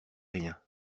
rien